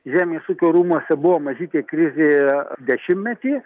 žemės ūkio rūmuose buvo mažytė krizė dešimtmetį